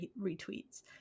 retweets